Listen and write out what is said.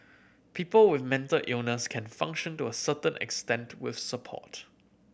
people with mental illness can function to a certain extent with support